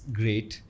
great